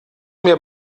mir